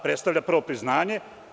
Predstavlja prvo priznanje.